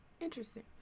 Interesting